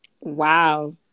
Wow